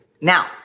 Now